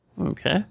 Okay